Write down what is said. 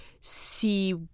see